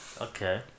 Okay